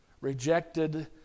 rejected